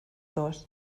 dos